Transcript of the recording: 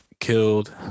killed